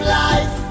life